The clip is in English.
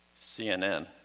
CNN